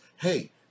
Hey